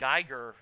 geiger